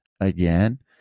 again